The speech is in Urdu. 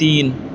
تین